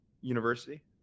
university